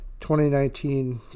2019